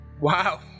Wow